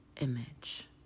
image